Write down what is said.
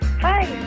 Hi